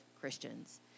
Christians